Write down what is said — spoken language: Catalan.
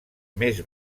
més